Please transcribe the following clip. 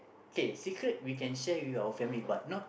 okay secret we can share with our family but not